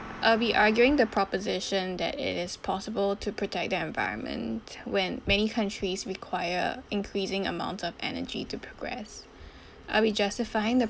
are we arguing the proposition that it is possible to protect the environment when many countries require increasing amount of energy to progress are we justifying the